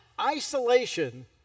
isolation